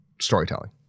storytelling